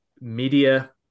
media